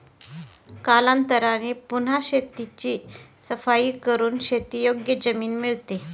कालांतराने पुन्हा शेताची सफाई करून शेतीयोग्य जमीन मिळते